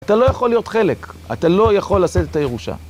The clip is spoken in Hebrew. אתה לא יכול להיות חלק, אתה לא יכול לשאת את הירושה.